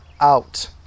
out